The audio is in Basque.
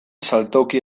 saltoki